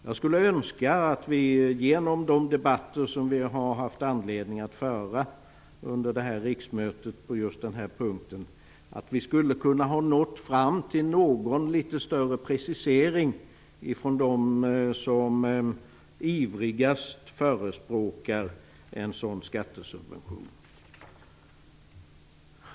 Jag skulle önska att vi genom de debatter som vi har haft anledning att föra på just den här punkten under det här riksmötet skulle ha nått fram till en något större precisering från dem som ivrigast förespråkar en sådan skattesubvention.